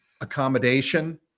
accommodation